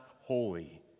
holy